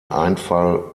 einfall